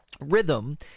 rhythm